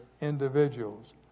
individuals